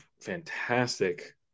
fantastic –